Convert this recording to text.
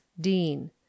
Dean